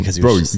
Bro